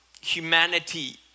humanity